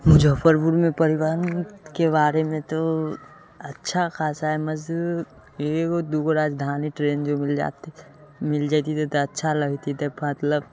मुजफ्फरपुरमे परिवहनके बारेमे तो अच्छा खासा हइ एगो दूगो राजधानी ट्रेन जो मिल जाता मिल जइती तऽ अच्छा लगती तऽ फ मतलब